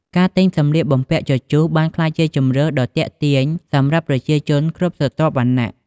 ការទិញសម្លៀកបំពាក់ជជុះបានក្លាយជាជម្រើសដ៏ទាក់ទាញសម្រាប់ប្រជាជនគ្រប់ស្រទាប់វណ្ណៈ។